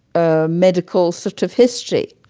ah medical sort of history.